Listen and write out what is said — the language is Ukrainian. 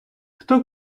хто